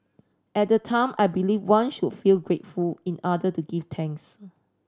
at the time I believed one should feel grateful in order to give thanks